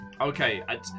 Okay